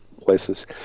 places